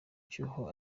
cyuho